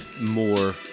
more